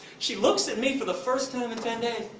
she looks at me for the first time in ten days,